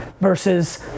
versus